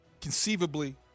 conceivably